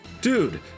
dude